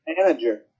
Manager